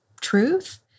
truth